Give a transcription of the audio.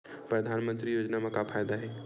परधानमंतरी योजना म का फायदा?